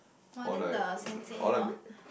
!wah! then the Sensei not